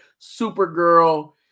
Supergirl